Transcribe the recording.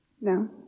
No